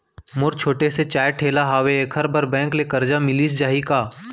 मोर छोटे से चाय ठेला हावे एखर बर बैंक ले करजा मिलिस जाही का?